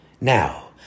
Now